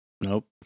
nope